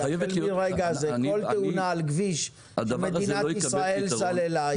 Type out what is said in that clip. כי נכון לרגע זה כל תאונה על כביש שמדינת ישראל סללה,